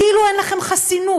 כאילו אין לכם חסינות,